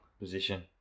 Position